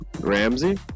Ramsey